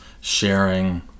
sharing